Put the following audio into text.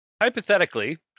hypothetically